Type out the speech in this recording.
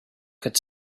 could